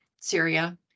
Syria